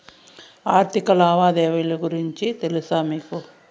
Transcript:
ఆర్థిక లావాదేవీల గురించి తెలుసా మీకు